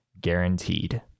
guaranteed